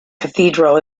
cathedral